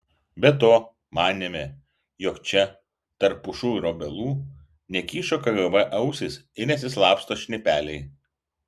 be to manėme jog čia tarp pušų ir obelų nekyšo kgb ausys ir nesislapsto šnipeliai